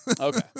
Okay